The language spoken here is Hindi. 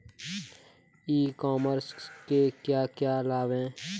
ई कॉमर्स के क्या क्या लाभ हैं?